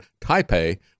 Taipei